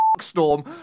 storm